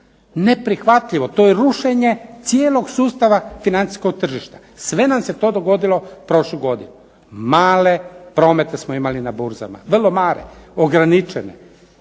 Neprihvatljivo, to je rušenje cijelog sustava financijskog tržišta. Sve nam se to dogodilo prošlu godinu. Male promete smo imali na burzama, vrlo male, ograničene,